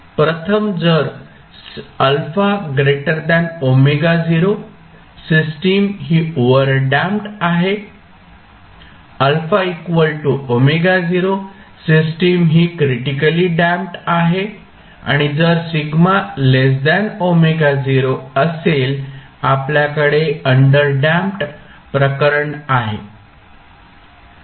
प्रथम जर α ω0 सिस्टम ही ओव्हरडॅम्पड आहे α ω0 सिस्टम ही क्रिटिकलीडॅम्पड आहे आणि जर α ω0 असेल आपल्याकडे अंडरडॅम्प्ड प्रकरण आहे